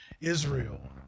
Israel